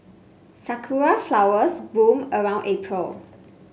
sakura flowers bloom around April